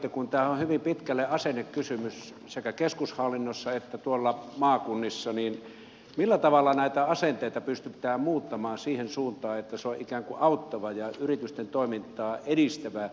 kun tämä on hyvin pitkälle asennekysymys sekä keskushallinnossa että tuolla maakunnissa niin millä tavalla näitä asenteita pystytään muuttamaan siihen suuntaan että ne ovat ikään kuin auttavia ja yritysten toimintaa edistäviä eivätkä kieltäviä